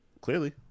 Clearly